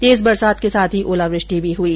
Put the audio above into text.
तेज बरसात के साथ ही ओलावृष्टि भी हुई